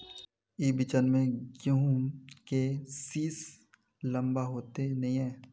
ई बिचन में गहुम के सीस लम्बा होते नय?